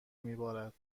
میبارد